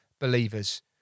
believers